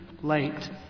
late